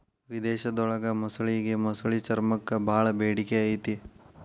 ವಿಧೇಶದೊಳಗ ಮೊಸಳಿಗೆ ಮೊಸಳಿ ಚರ್ಮಕ್ಕ ಬಾಳ ಬೇಡಿಕೆ ಐತಿ